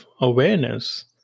awareness